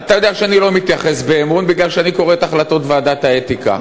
אתה יודע שאני לא מתייחס באמון מפני שאני קורא את החלטות ועדת האתיקה.